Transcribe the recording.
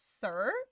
sir